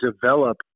develop